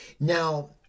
Now